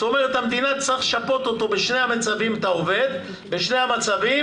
זאת אומרת שהמדינה תצטרך לשפות את העובד בשני המצבים,